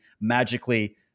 magically